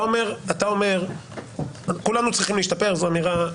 אתה אומר, כולנו צריכים להשתפר זו אמירה,